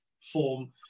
form